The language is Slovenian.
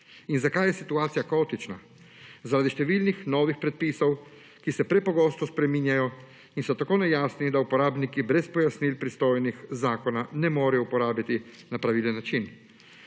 In zakaj je situacija kaotična? Zaradi številnih novih predpisov, ki se prepogosto spreminjajo in so tako nejasni, da uporabniki brez pojasnil pristojnih zakona ne morejo uporabiti na pravilen način.